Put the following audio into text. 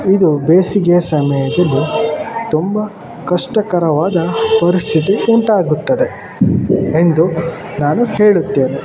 ಇದು ಬೇಸಿಗೆಯ ಸಮಯದಲ್ಲಿ ತುಂಬಾ ಕಷ್ಟಕರವಾದ ಪರಿಸ್ಥಿತಿ ಉಂಟಾಗುತ್ತದೆ ಎಂದು ನಾನು ಹೇಳುತ್ತೇನೆ